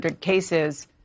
cases